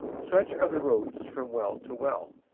such are the roads from well to well,